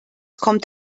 kommt